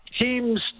Teams